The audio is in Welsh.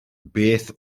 beth